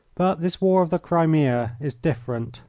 but this war of the crimea is different.